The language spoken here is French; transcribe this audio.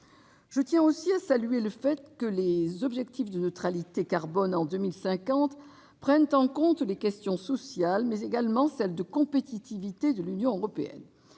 Je tiens aussi à saluer le fait que l'objectif de la neutralité carbone en 2050 prenne en compte les questions sociales, mais également celle de la compétitivité de l'Union européenne.